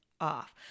off